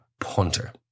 punter